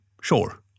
sure